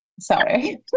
Sorry